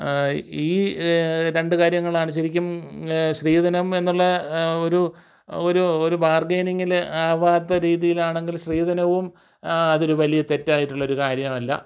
ഈ രണ്ട് കാര്യങ്ങളാണ് ശരിക്കും സ്ത്രീധനം എന്നുള്ള ഒരു ഒരു ഒരു ബാർഗ്ഗയിനിങ്ങിൽ ആവാത്ത രീതീലാണെങ്കിലും സ്ത്രീധനവും അതൊരു വലിയ തെറ്റായിട്ടുള്ള ഒരു കാര്യമല്ല